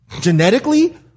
genetically